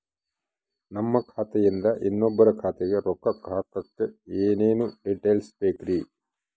ನಮ್ಮ ಖಾತೆಯಿಂದ ಇನ್ನೊಬ್ಬರ ಖಾತೆಗೆ ರೊಕ್ಕ ಹಾಕಕ್ಕೆ ಏನೇನು ಡೇಟೇಲ್ಸ್ ಬೇಕರಿ?